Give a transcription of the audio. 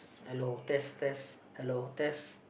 hello test test hello test